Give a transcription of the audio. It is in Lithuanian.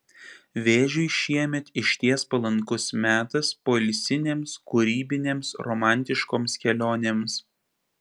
vėžiui šiemet išties palankus metas poilsinėms kūrybinėms romantiškoms kelionėms